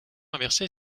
inverser